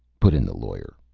put in the lawyer.